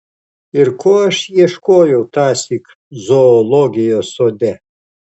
ir ko aš ieškojau tąsyk zoologijos sode